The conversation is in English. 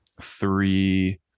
three